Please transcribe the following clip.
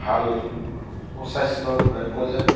ভাল সুস্বাস্থ্য ঘূৰাই পোৱা যায়